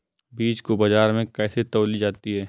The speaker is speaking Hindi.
बीज को बाजार में कैसे तौली जाती है?